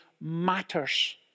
matters